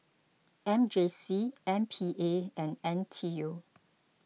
M J C M P A and N T U